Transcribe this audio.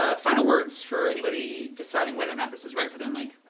ah final words for anybody deciding whether or not this is right for them, mike?